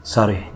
Sorry